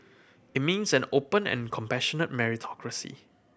it means an open and compassionate meritocracy